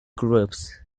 groups